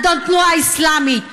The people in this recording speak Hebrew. אדון תנועה אסלאמית.